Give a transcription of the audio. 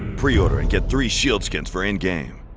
pre-order and get three shield skins for in-game.